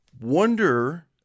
Wonder